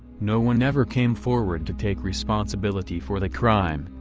no one ever came forward to take responsibility for the crime,